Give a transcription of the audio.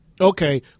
Okay